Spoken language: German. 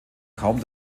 kaum